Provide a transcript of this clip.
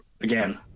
Again